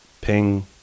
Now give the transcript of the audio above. Ping